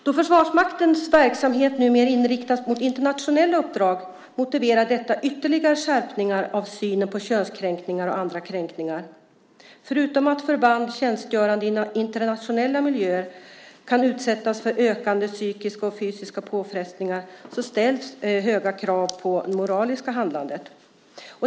Då Försvarsmaktens verksamhet numera inriktas mot internationella uppdrag motiverar detta ytterligare skärpningar av synen på könskränkningar och andra kränkningar. Förutom att förband tjänstgörande i internationella miljöer kan utsättas för ökade psykiska och fysiska påfrestningar så ställs höga krav på det moraliska handlandet.